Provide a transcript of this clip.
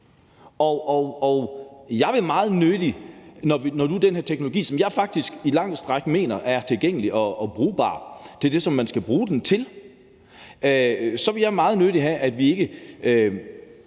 er en forbedring. Når nu den her teknologi, som jeg faktisk på lange stræk mener er tilgængelig og brugbar til det, som man skal bruge den til, vil jeg meget nødig have, at vi ikke